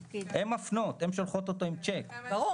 אחר כך להוסיף 1.7,